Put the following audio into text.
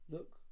Look